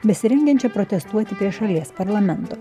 besirengiančią protestuoti prie šalies parlamento